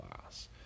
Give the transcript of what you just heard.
class